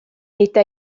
eta